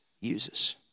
uses